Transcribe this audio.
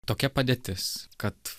tokia padėtis kad